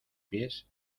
pies